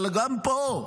אבל גם פה,